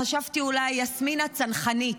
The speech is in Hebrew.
חשבתי, אולי יסמין הצנחנית.